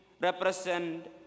represent